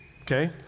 Okay